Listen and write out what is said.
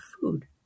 food